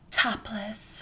topless